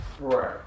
right